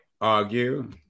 argue